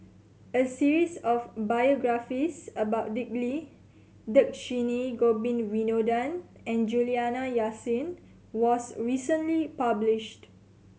a series of biographies about Dick Lee Dhershini Govin Winodan and Juliana Yasin was recently published